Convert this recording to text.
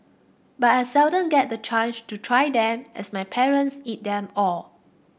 but I seldom get the chance to try them as my parents eat them all